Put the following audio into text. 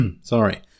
sorry